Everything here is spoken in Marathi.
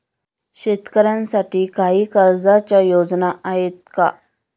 शेतकऱ्यांसाठी काही कर्जाच्या योजना आहेत का?